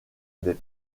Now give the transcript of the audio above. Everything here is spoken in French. des